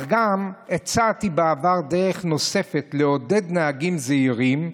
גם הצעתי בעבר דרך נוספת, לעודד נהגים זהירים,